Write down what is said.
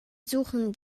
suchen